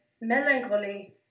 melancholy